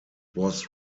was